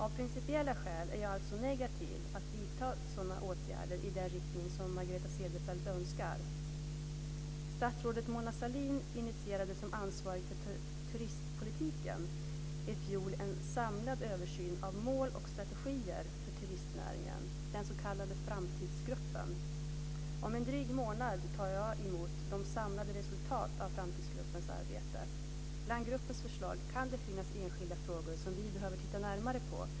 Av principiella skäl är jag alltså negativ till att vidta några åtgärder i den riktning som Margareta Statsrådet Mona Sahlin initierade som ansvarig för turistpolitiken i fjol att en samlad översyn av mål och strategier för turistnäringen skulle göras av den s.k. Framtidsgruppen. Om en dryg månad tar jag emot det samlade resultatet av Framtidsgruppens arbete. Bland gruppens förslag kan det finnas enskilda frågor som vi behöver titta närmare på.